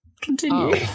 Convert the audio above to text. Continue